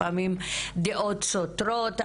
לפעמים דעות סותרות,